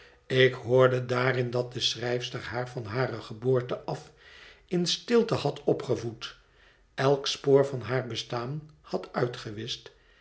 ik hoorde daarin dat de schrijfster haar van hare geboorte af in stilte had opgevoed elk spoor van haar bestaan had uitgewischt